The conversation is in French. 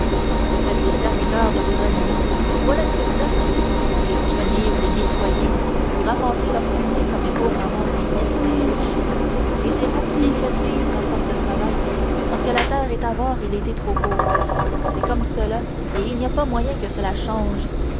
vous êtes les serviteurs de vos animaux voilà ce que vous êtes vous les soignez vous les nettoyez vous ramassez leur fumier comme les pauvres ramassent les miettes des riches et c'est vous qui les faites vivre à force de travail parce que la terre est avare et l'été trop court c'est comme cela et il n'y a pas moyen que cela change